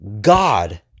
God